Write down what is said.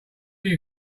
you